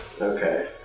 Okay